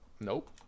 Nope